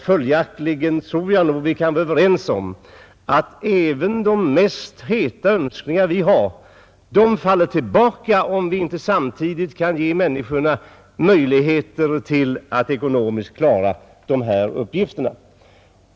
Följaktligen tror jag vi kan vara överens om att även de hetaste önskningar vi har faller till marken, om vi inte samtidigt kan ge människorna möjligheter att ekonomiskt klara dessa uppgifter.